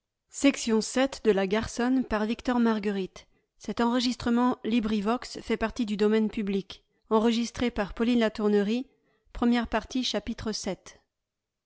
de la matière